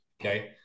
Okay